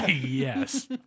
Yes